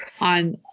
on